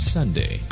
Sunday